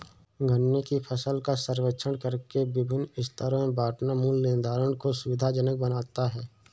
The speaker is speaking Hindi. गन्ने की फसल का सर्वेक्षण करके विभिन्न स्तरों में बांटना मूल्य निर्धारण को सुविधाजनक बनाता है